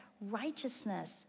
righteousness